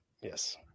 Yes